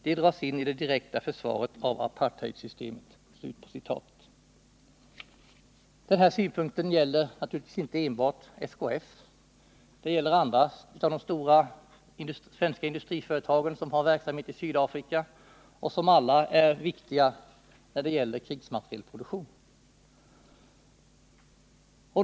De dras in i det direkta försvaret av apartheidsystemet.” Den här synpunkten gäller naturligtvis inte enbart SKF. Den gäller också andra av de stora svenska industriföretagen som har verksamhet i Sydafrika och som alla är viktiga för en krigsmaterielproduktion.